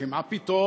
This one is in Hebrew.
כי מה פתאום,